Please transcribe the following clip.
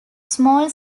small